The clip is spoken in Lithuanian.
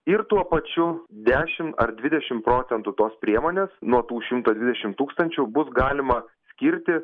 ir tuo pačiu dešimt ar dvidešimt procentų tos priemonės nuo tų šimto dvidešimt tūkstančių bus galima skirti